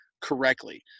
correctly